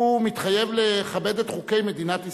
הוא מתחייב לכבד את חוקי מדינת ישראל.